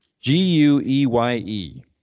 G-U-E-Y-E